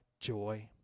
joy